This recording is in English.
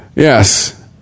Yes